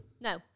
no